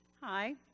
hi